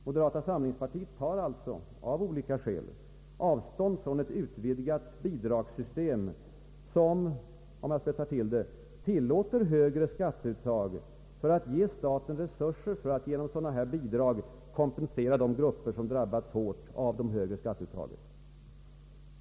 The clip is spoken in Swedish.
Moderata samlingspartiet tar alltså av olika skäl avstånd från ett utvidgat bidragssystem, som, om man skall spetsa till det, tillåter högre skatteuttag för att ge staten resurser att genom dessa bidrag kompensera grupper som drabbas hårt av det högre skatteuttaget.